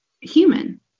human